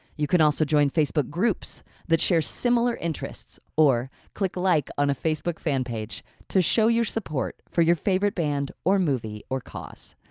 you can also join facebook groups that share similar interests or click like on a facebook fan page to show your support for your favorite band or movie or cause.